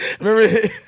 Remember